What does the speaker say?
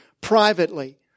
privately